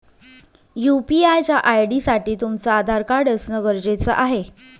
UPI च्या ID साठी तुमचं आधार कार्ड असण गरजेच आहे